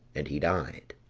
and he died.